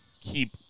keep